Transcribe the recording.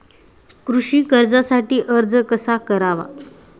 कृषी कर्जासाठी अर्ज कसा करावा?